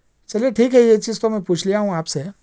چلئے ٹھیک ہے یہ چیز تو میں پوچھ لیا ہوں آپ سے